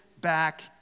back